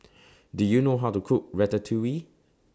Do YOU know How to Cook Ratatouille